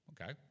Okay